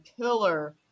pillar